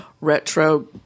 retro